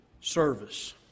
service